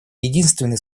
единственный